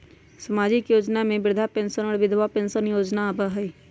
सामाजिक योजना में वृद्धा पेंसन और विधवा पेंसन योजना आबह ई?